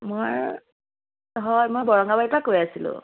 মই হয় মই বৰঙাবাৰীৰ পৰা কৈ আছিলোঁ